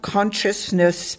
Consciousness